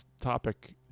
topic